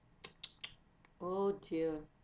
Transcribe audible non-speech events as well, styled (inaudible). (noise) (noise) (noise) oh dear